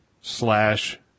slash